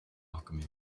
alchemy